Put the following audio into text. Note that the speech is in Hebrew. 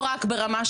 כלומר מה שהיה בחומר,